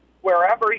wherever